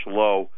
low